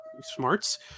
smarts